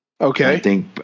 Okay